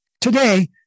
Today